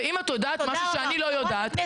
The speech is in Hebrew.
ואם את יודעת משהו שאני לא יודעת,